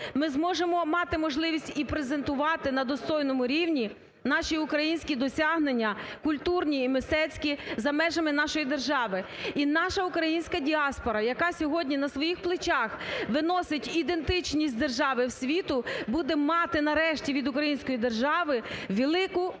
ми зможемо мати можливість і презентувати на достойному рівні наші українські досягнення, культурні і мистецькі, за межами нашої держави. І наша українська діаспора, яка сьогодні на своїх плечах виносить ідентичність держави світу, буде мати нарешті від Української держави велику підтримку.